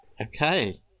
Okay